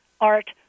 art